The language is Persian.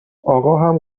آقاهم